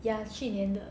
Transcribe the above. ya 去年的